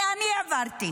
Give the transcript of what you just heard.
את זה אני העברתי.